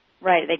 Right